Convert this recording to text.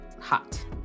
hot